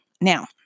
Now